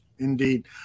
Indeed